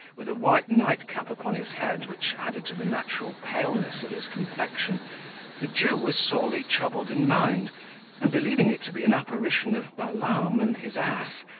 with a white nightcap upon his head which added to the natural paleness of his complexion the jew was sorely troubled in mind and believing it to be an apparition of balaam and his ass,